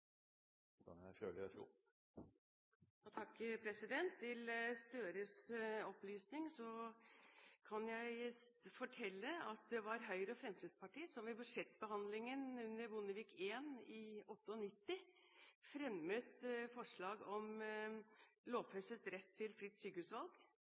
kan fortelle at det var Høyre og Fremskrittspartiet som i budsjettbehandlingen under Bondevik I i 1998 fremmet forslag om